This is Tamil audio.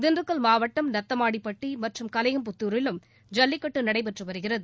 திண்டுக்கல் மாவட்டம் நத்தம்மாடிப்பட்டி மற்றும் கலையம்புத்தூரிலும் ஜல்லிக்கட்டு நடைபெற்று வருகிறது